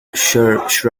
shrubs